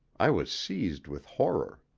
i was seized with horror.